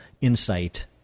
insight